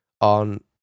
on